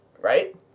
right